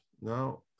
now